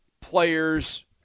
players